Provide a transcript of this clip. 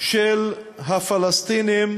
של הפלסטינים,